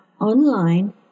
online